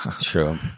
True